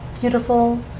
beautiful